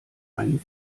einem